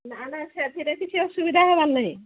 ନା ନା ସେଥିରେ କିଛି ଅସୁବିଧା ହେବାର ନାହିଁ